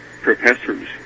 Professors